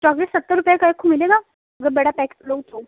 chocolate सत्तर रुपये का एक खो मिलेगा मतलब बड़ा पैक लो तो